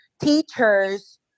teachers